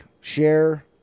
share